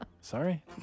Sorry